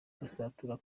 gasatura